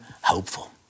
hopeful